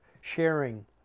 sharing